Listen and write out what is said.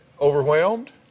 Overwhelmed